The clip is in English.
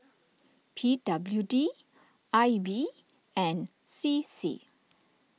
P W D I B and C C